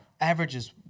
averages